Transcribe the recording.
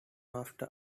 after